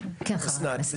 אסנת.